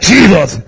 Jesus